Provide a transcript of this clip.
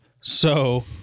So-